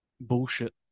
bullshit